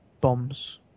bombs